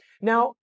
Now